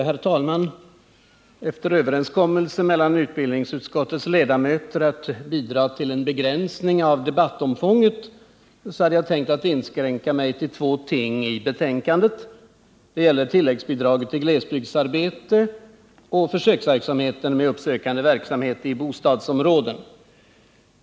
Herr talman! Efter överenskommelsen mellan utbildningsutskottets ledamöter om att bidra till en begränsning av debattomfånget hade jag tänkt inskränka mig till två ting i betänkandet. De gäller tilläggsbidraget till glesbygdsarbete och försöksverksamheten med uppsökande verksamhet i bostadsområden.